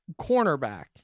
cornerback